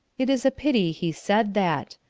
it is a pity he said that.